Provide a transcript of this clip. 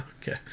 okay